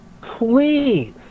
please